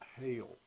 hail